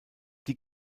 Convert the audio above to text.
die